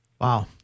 Wow